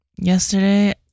Yesterday